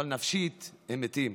אבל נפשית הם מתים.